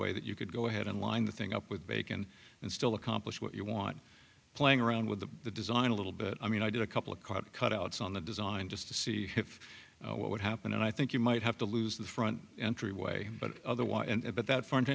way that you could go ahead and line the thing up with bacon and still accomplish what you want playing around with the design a little bit i mean i did a couple of card cutouts on the design just to see if what would happen i think you might have to lose the front entryway but otherwise end it but that front